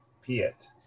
piet